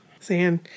sand